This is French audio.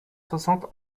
soixante